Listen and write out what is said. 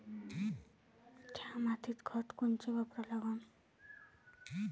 थ्या मातीत खतं कोनचे वापरा लागन?